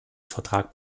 vertrag